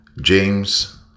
James